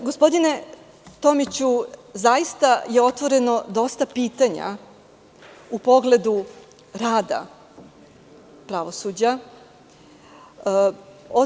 Gospodine Tomiću, zaista je otvoreno dosta pitanja u pogledu rada pravosuđa.